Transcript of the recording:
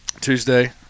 Tuesday